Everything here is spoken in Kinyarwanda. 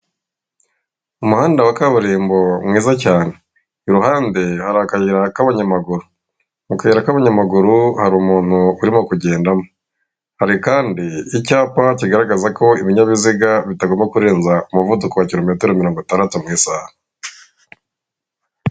Umuhanda wa kaburimbo mwiza cyane ,iruhande hari akayira k'abanyamaguru mu kayira k'abanyamaguru hari umuntu urimo kugendamo hari kandi icyapa kigaragaza ko ibinyabiziga bitagomba kurenza umuvuduko wa kirometero mirongo itandatu mu isaha.